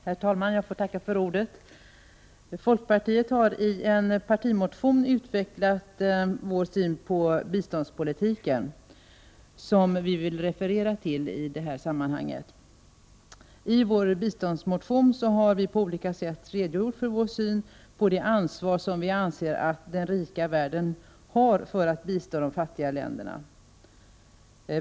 Herr talman! I folkpartiet har vi i en partimotion utvecklat vår syn på biståndspolitiken, och jag refererar till den. I vår biståndsmotion har vi på olika sätt redogjort för vår syn på det ansvar som vi anser att den rika världen har för att bistå de fattiga länderna.